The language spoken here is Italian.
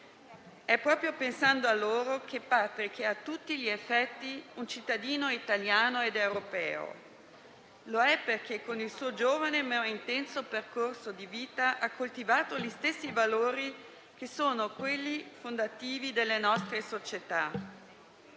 È proprio pensando a loro che Patrick è a tutti gli effetti un cittadino italiano ed europeo. Lo è perché con il suo giovane, ma intenso percorso di vita ha coltivato gli stessi valori fondativi delle nostre società.